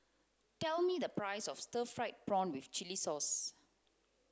tell me the price of stir fried prawn with chili sauce